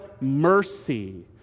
mercy